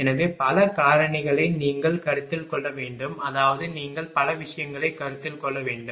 எனவே பல காரணிகளை நீங்கள் கருத்தில் கொள்ள வேண்டும் அதாவது நீங்கள் பல விஷயங்களை கருத்தில் கொள்ள வேண்டும்